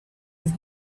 his